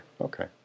Okay